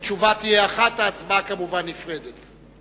התשובה תהיה אחת, ההצבעה, כמובן, נפרדת,